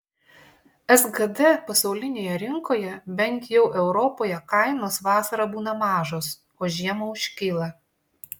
sgd pasaulinėje rinkoje bent jau europoje kainos vasarą būna mažos o žiemą užkyla